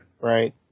Right